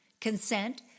consent